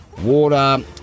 water